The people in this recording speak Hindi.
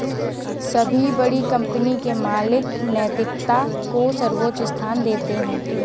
सभी बड़ी कंपनी के मालिक नैतिकता को सर्वोच्च स्थान देते हैं